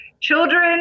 children